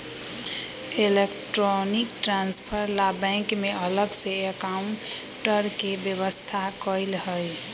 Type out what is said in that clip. electronic transfer ला bank में अलग से काउंटर के व्यवस्था कएल हई